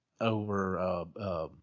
over